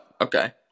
okay